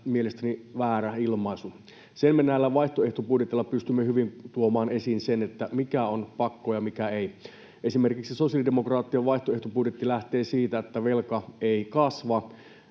mielestäni väärä ilmaisu. Sen me näillä vaihtoehtobudjeteilla pystymme hyvin tuomaan esiin, mikä on pakko ja mikä ei. Esimerkiksi sosiaalidemokraattien vaihtoehtobudjetti lähtee siitä, että velka ei kasva,